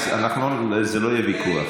אז זה לא יהיה ויכוח.